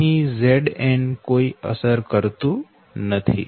અહી Zn કોઈ અસર કરતું નથી